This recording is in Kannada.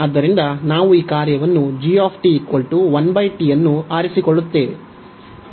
ಆದ್ದರಿಂದ ನಾವು ಈ ಕಾರ್ಯವನ್ನು g 1 t ಅನ್ನು ಆರಿಸಿಕೊಳ್ಳುತ್ತೇವೆ